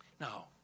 Now